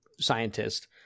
scientist